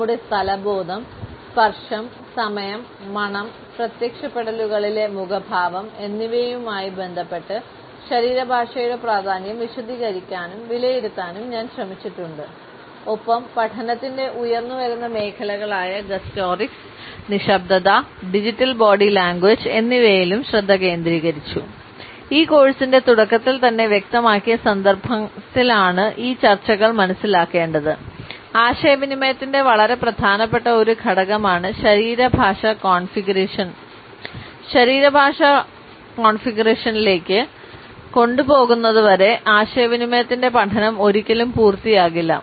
നമ്മുടെ സ്ഥലബോധം സ്പർശം സമയം മണം പ്രത്യക്ഷപ്പെടലുകളിലെ മുഖഭാവം എന്നിവയുമായി ബന്ധപ്പെട്ട് ശരീരഭാഷയുടെ പ്രാധാന്യം വിശദീകരിക്കാനും വിലയിരുത്താനും ഞാൻ ശ്രമിച്ചിട്ടുണ്ട് ഒപ്പം പഠനത്തിന്റെ ഉയർന്നുവരുന്ന മേഖലകളായ ഗസ്റ്റോറിക്സ് കൊണ്ടുപോകുന്നതുവരെ ആശയവിനിമയത്തിൻറെ പഠനം ഒരിക്കലും പൂർത്തിയാകില്ല